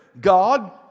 God